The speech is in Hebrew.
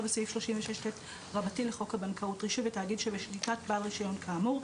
בסעיף 36ט לחוק הבנקאות (רישוי) ותאגיד שבשליטת בעל רישיון כאמור",